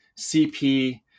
CP